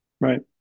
right